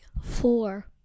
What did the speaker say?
four